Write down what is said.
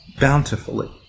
bountifully